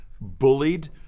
bullied